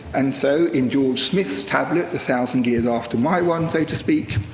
and so in george smith's tablet, a thousand years after my one, so to speak,